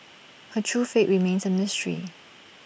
her true fate remains A mystery